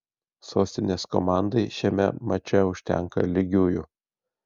sostinės komandai šiame mače užtenka lygiųjų